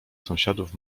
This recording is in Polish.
sąsiadów